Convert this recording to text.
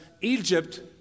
Egypt